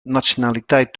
nationaliteit